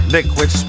Liquid